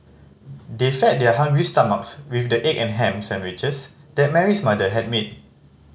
they fed their hungry stomachs with the egg and ham sandwiches that Mary's mother had made